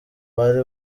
bari